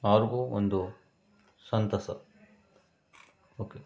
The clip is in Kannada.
ಅವ್ರಿಗೂ ಒಂದು ಸಂತಸ ಓಕೆ